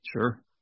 Sure